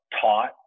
taught